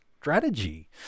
strategy